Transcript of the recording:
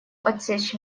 отсечь